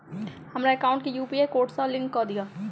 हमरा एकाउंट केँ UPI code सअ लिंक कऽ दिऽ?